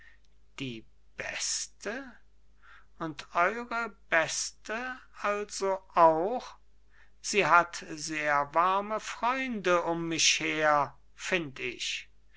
die beste und eure beste also auch sie hat sehr warme freunde um mich her find ich